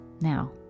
Now